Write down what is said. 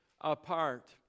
apart